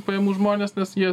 pajamų žmonės nes jie